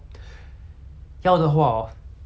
就听到最好不用再问 liao